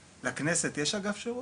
לכנסת יש אגף שירות?